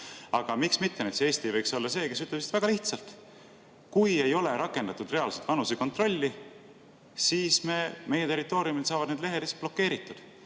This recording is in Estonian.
Aga miks mitte näiteks Eesti ei võiks olla see, kes ütleb väga lihtsalt: kui ei ole rakendatud reaalset vanusekontrolli, siis meie territooriumil saavad need lehed lihtsalt blokeeritud.